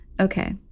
Okay